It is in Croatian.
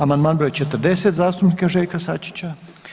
Amandman br. 40. zastupnika Željka Sačića.